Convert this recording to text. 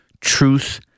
truth